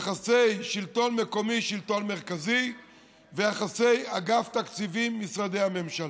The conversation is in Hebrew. יחסי שלטון מקומי שלטון מרכזי ויחסי אגף תקציבים משרדי הממשלה.